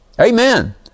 Amen